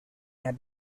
had